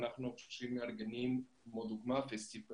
אנחנו מארגנים לדוגמה פסטיבל